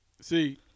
See